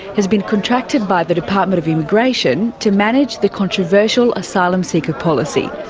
has been contracted by the department of immigration to manage the controversial asylum seeker policy,